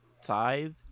Five